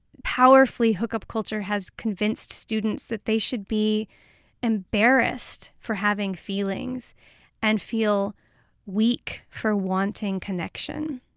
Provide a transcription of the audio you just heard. powerfully hookup culture has convinced students that they should be embarrassed for having feelings and feel weak for wanting connection.